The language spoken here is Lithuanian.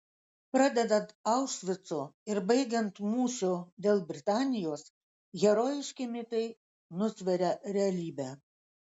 pradedant aušvicu ir baigiant mūšiu dėl britanijos herojiški mitai nusveria realybę